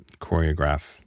choreograph